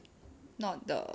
not the